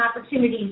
opportunities